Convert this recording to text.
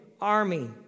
army